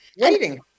waiting